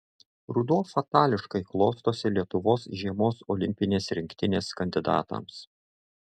ruduo fatališkai klostosi lietuvos žiemos olimpinės rinktinės kandidatams